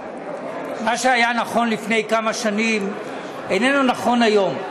מה שהיה נכון לפני כמה שנים איננו נכון היום.